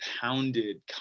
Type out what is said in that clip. pounded